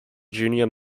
junior